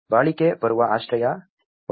ಬಾಳಿಕೆ ಬರುವ ಆಶ್ರಯ ಪರಿಹಾರದ ಸಾಧನೆ